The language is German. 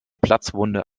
platzwunde